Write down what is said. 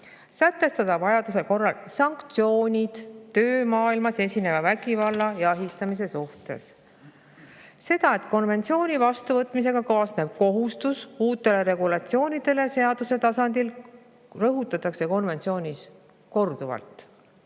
sätestada vajaduse korral sanktsioonid töömaailmas esineva vägivalla ja ahistamise suhtes. Seda, et konventsiooni vastuvõtmisega kaasneb kohustus uuteks regulatsioonideks seaduse tasandil, rõhutatakse konventsioonis korduvalt.